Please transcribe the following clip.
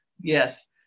Yes